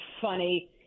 funny